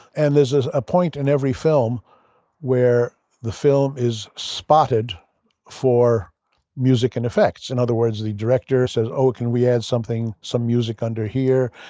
and there's there's a point in every film where the film is spotted for music and effects. in other words, the director says, oh, can we add some music under here?